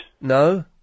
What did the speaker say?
No